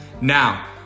now